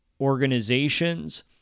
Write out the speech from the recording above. organizations